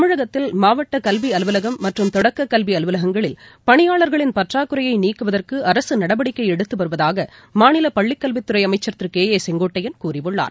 தமிழகத்தில் மாவட்டகல்விஅலுவலகம் மற்றும் தொடக்ககல்விஅலுவலகங்களில் பணியாளர்களின் பற்றாக்குறையைநீக்குவதற்குஅரசுநடவடிக்கைஎடுத்துவருவதாகமாநிலபள்ளிக்கல்வித்துறைஅமைச்சர் திருகே ஏ செங்கோட்டையன் கூறியுள்ளார்